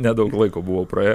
nedaug laiko buvo praėję